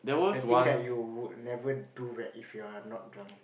that thing that you never do if you're not drunk